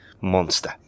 monster